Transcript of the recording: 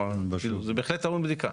זה בהחלט טעון בדיקה.